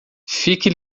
fique